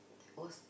that was